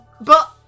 But-